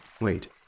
Wait